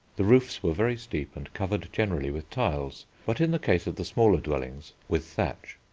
the roofs were very steep and covered generally with tiles, but in the case of the smaller dwellings with thatch.